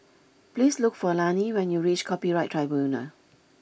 please look for Lani when you reach Copyright Tribunal